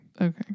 Okay